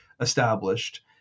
established